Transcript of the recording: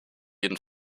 jeden